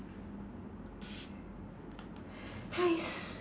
!hais!